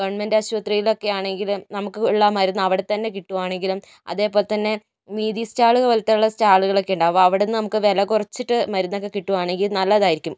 government ആശുപത്രിയിലൊക്കെ ആണെങ്കിലും നമുക്ക് ഉള്ള മരുന്ന് അവിടെത്തന്നെ കിട്ടുകയാണെങ്കിലും അതേപോലെത്തന്നെ നീതി സ്റ്റാൾ പോലത്തെയുള്ള സ്റ്റാളുകളൊക്കെ ഉണ്ടാകും അപ്പോൾ അവിടുന്ന് നമുക്ക് വില കുറച്ചിട്ട് മരുന്നൊക്കെ കിട്ടുകയാണെങ്കിൽ നല്ലതായിരിക്കും